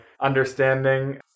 understanding